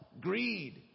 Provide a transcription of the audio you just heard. greed